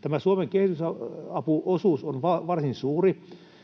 Tämä Suomen kehitysapuosuus on varsin suuri.